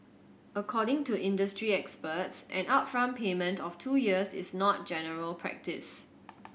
according to industry experts an upfront payment of two years is not general practice